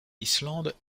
islande